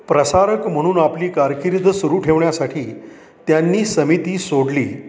प्रसारक म्हणून आपली कारकीर्द सुरू ठेवण्यासाठी त्यांनी समिती सोडली